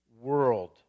world